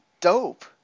dope